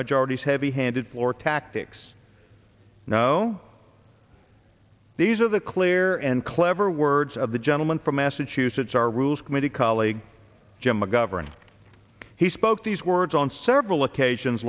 majorities heavy handed floor tactics no these are the clear and clever words of the gentleman from massachusetts our rules committee colleague jim mcgovern he spoke these words on several occasions